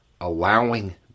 Allowing